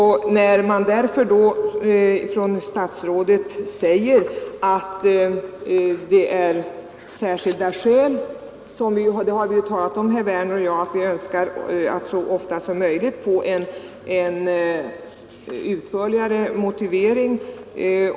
Herr Werner i Malmö och jag har ju talat om att vi önskar så ofta som möjligt få en utförligare motivering.